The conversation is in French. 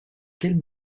quelle